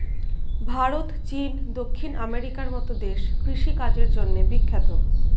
ভারত, চীন, দক্ষিণ আমেরিকার মতো দেশ কৃষি কাজের জন্যে বিখ্যাত